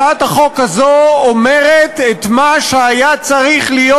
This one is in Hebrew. הצעת החוק הזו אומרת את מה שהיה צריך להיות